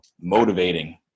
motivating